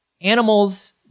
animals